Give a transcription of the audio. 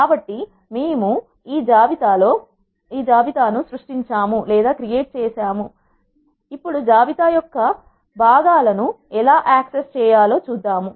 కాబట్టి మేము జాబితా ను సృష్టించాము ఇప్పుడు జాబితా యొక్క భాగాలను ఎలా యాక్సెస్ చేయాలో మనం చూడవచ్చు